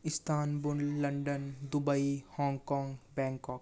Istanbul London Dubai Hong Kong Bangkok